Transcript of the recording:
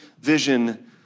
vision